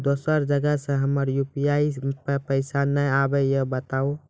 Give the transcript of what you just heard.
दोसर जगह से हमर यु.पी.आई पे पैसा नैय आबे या बताबू?